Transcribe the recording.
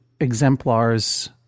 exemplars